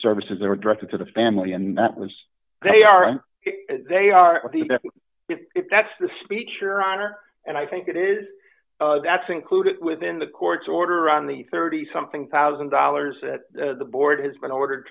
were directed to the family and that was they are they are if that's the speech your honor and i think it is that's included within the court's order on the thirty something one thousand dollars the board has been ordered